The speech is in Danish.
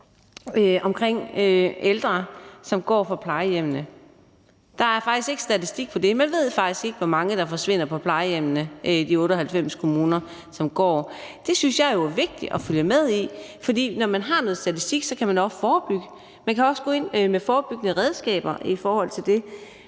omkring ældre, som går fra plejehjemmene. Der er faktisk ikke statistik for det. Man ved faktisk ikke, hvor mange der forsvinder, går fra plejehjemmene i de 98 kommuner. Det synes jeg jo er vigtigt at følge med i. For når man har noget statistik, kan man også forebygge. Man kan også gå ind med forebyggende redskaber i forhold til det